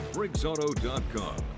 BriggsAuto.com